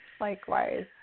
likewise